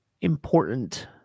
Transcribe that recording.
important